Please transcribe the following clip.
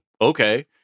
okay